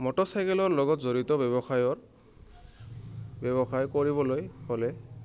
মটৰচাইকেলৰ লগত জড়িত ব্যৱসায়ৰ ব্যৱসায় কৰিবলৈ হ'লে